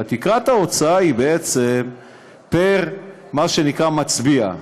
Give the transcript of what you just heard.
שהיא בעצם פר מצביע.